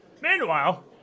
Meanwhile